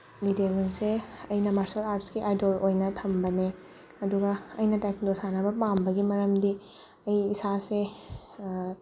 ꯂꯤ ꯖꯦ ꯋꯨꯟꯁꯦ ꯑꯩꯅ ꯃꯥꯔꯁꯦꯜ ꯑꯥꯔꯠꯁꯀꯤ ꯑꯥꯏꯗꯣꯜ ꯑꯣꯏꯅ ꯊꯝꯕꯅꯦ ꯑꯗꯨꯒ ꯑꯩꯅ ꯇꯥꯏꯀꯨꯟꯗꯣ ꯁꯥꯟꯅꯕ ꯄꯥꯝꯕꯒꯤ ꯃꯔꯝꯗꯤ ꯑꯩ ꯏꯁꯥꯁꯦ